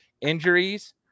injuries